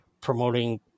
promoting